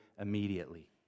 immediately